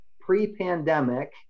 Pre-pandemic